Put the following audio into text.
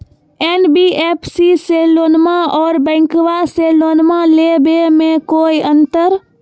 NBFC से लोनमा आर बैंकबा से लोनमा ले बे में कोइ अंतर?